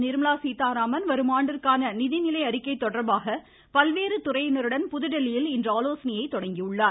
நிர்மலா சீதாராமன் வரும் ஆண்டிற்கான நிதிநிலை அறிக்கை தொடர்பாக பல்வேறு துறையினருடன் புதுதில்லியில் இன்று ஆலோசனையை தொடங்கியுள்ளார்